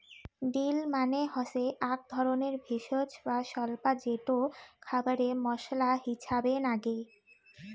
deal মানে হসে আক ধরণের ভেষজ বা স্বল্পা যেটো খাবারে মশলা হিছাবে নাগে